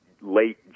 late